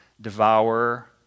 devour